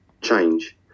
change